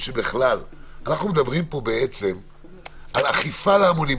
אנחנו מדברים על אכיפה להמונים.